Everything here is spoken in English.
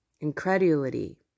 incredulity